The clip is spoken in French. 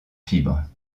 fibres